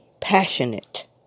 passionate